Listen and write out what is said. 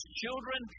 children